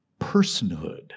personhood